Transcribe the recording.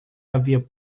havia